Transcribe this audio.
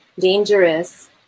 dangerous